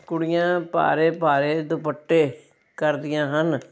ਕੁੜੀਆਂ ਭਾਰੇ ਭਾਰੇ ਦੁਪੱਟੇ ਕਰਦੀਆਂ ਹਨ